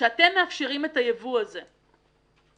כשאתם מאפשרים את הייבוא הזה בשביל,